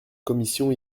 commission